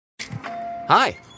Hi